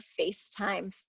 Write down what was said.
FaceTime